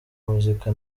muzika